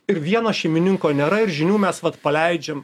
ir vieno šeimininko nėra ir žinių mes vat paleidžiam